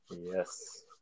Yes